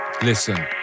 Listen